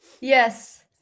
yes